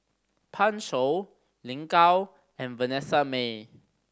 Pan Shou Lin Gao and Vanessa Mae